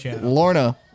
Lorna